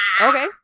Okay